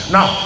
Now